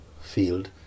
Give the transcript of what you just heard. field